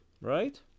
Right